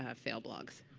ah fail blogs.